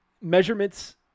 Measurements